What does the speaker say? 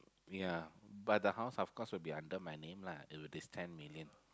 ya but the house of course will be under my name lah it is ten million